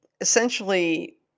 essentially